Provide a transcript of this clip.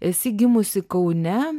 esi gimusi kaune